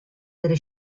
delle